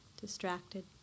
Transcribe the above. distracted